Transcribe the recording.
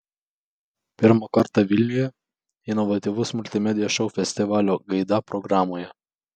pirmą kartą vilniuje inovatyvus multimedijos šou festivalio gaida programoje